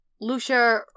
Lucia